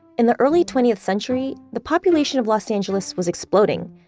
in the early twentieth century, the population of los angeles was exploding.